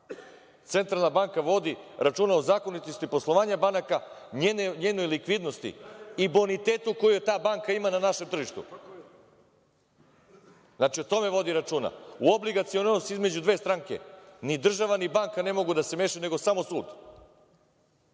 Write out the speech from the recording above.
Centralna banka vodi računa o zakonitosti poslovanja banaka, njenoj likvidnosti i bonitetu koji ta banka ima na našem tržištu. Znači, o tome vodi računa. U obligacioni odnos između dve stranke ni država, ni banka ne mogu da se mešaju, nego samo sud.